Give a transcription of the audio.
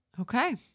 Okay